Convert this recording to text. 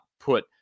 put